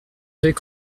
fait